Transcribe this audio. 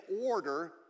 order